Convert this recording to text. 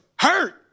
hurt